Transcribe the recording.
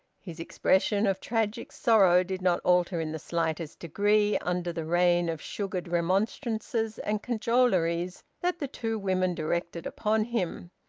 his expression of tragic sorrow did not alter in the slightest degree under the rain of sugared remonstrances and cajoleries that the two women directed upon him.